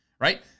right